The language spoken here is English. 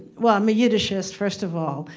well i'm a yiddishist, first of all,